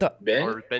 Ben